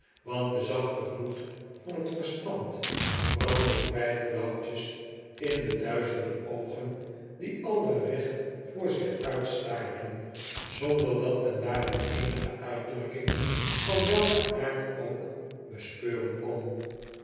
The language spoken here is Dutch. want de zachte gloed van het verstand brandde vrij flauwtjes in de duizenden oogen die alle recht voor zich uitstaarden zonder dat men daarin eenige uitdrukking van welken aard ook bespeuren kon